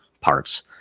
parts